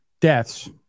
deaths